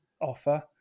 offer